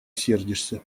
сердишься